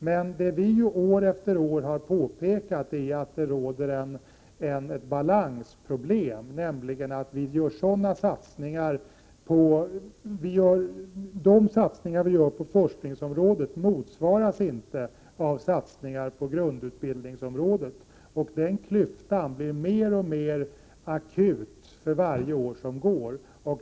Men vi har år efter år påpekat att det råder ett balansproblem, nämligen att de satsningar som görs på forskningsområdet inte motsvaras av en satsning på grundutbildning. Den klyftan blir mer och mer markant för varje år som går.